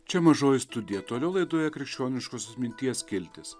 čia mažoji studija toliau laidoje krikščioniškosios minties skiltis